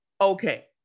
okay